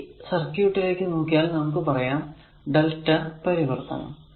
ഇനി ഈ സർക്യൂട്ടിലേക്കു നോക്കിയാൽ നമുക്ക് പറയാം Δ പരിവർത്തനം